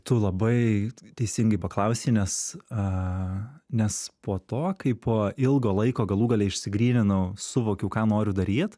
tu labai teisingai paklausei nes aaa nes po to kai po ilgo laiko galų gale išsigryninau suvokiau ką noriu daryt